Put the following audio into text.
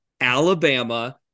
Alabama